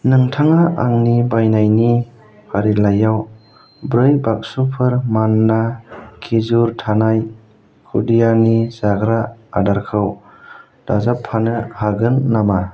नोंथाङा आंनि बायनायनि फारिलाइयाव ब्रै बाक्सुफोर मानना खिजुर थानाय खुदियानि जाग्रा आदारखौ दाजाबफानो हागोन नामा